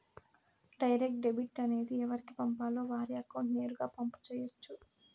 direct debit అనేది ఎవరికి పంపాలో వారి అకౌంట్ నేరుగా పంపు చేయొచ్చు